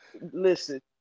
listen